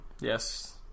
Yes